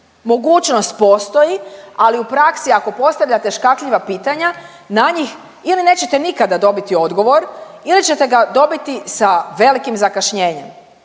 Mogućnost postoji, ali u praksi ako postavljate škakljiva pitanja na njih ili nećete nikada dobiti odgovor ili ćete ga dobiti sa velikim zakašnjenjem,